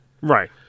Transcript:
Right